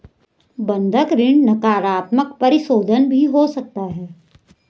बंधक ऋण नकारात्मक परिशोधन भी हो सकता है